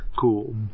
Cool